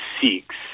seeks